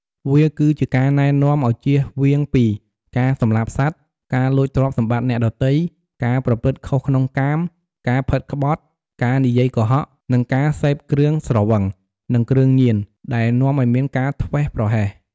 វាគឺជាការណែនាំឱ្យជៀសវាងពី ការសម្លាប់សត្វ ការលួចទ្រព្យសម្បត្តិអ្នកដទៃ ការប្រព្រឹត្តខុសក្នុងកាម ការផិតក្បត់ ការនិយាយកុហក និងការសេពគ្រឿងស្រវឹង និងគ្រឿងញៀនដែលនាំឱ្យមានការធ្វេសប្រហែស។